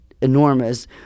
enormous